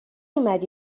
اومدی